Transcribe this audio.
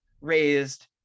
raised